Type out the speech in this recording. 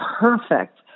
perfect